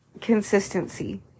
consistency